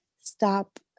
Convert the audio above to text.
stop